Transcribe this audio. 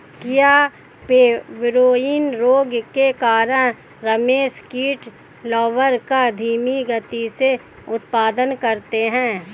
क्या पेब्राइन रोग के कारण रेशम कीट लार्वा का धीमी गति से उत्पादन करते हैं?